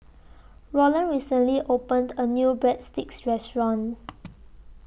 Rolland recently opened A New Breadsticks Restaurant